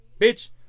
bitch